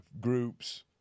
groups